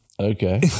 Okay